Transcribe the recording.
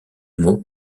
mot